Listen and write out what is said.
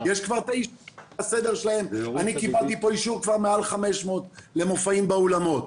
אני קיבלתי פה אישור כבר מעל 500 למופעים באולמות.